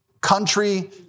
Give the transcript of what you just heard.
country